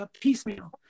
piecemeal